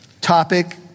topic